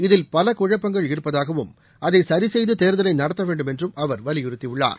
இதில் பல குழப்பங்கள் இருப்பதாகவும் அதை சரி செய்து தேர்தலை நடத்த வேண்டும் என்றும் அவர் வலியுறுத்தியுள்ளார்